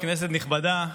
כנסת נכבדה,